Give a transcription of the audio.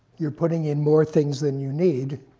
you're putting in more things than you need.